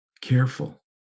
careful